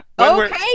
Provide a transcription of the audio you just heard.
Okay